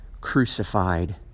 crucified